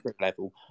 level